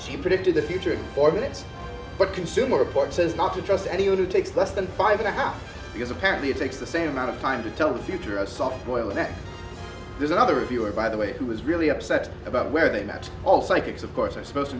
she predicted the future orbits but consumer reports says not to trust anyone who takes less than five and a half because apparently it takes the same amount of time to tell the future a soft boiled that there's another reviewer by the way who was really upset about where they met all psychics of course are supposed to